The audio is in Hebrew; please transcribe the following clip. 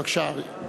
בבקשה, אריה.